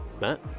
Matt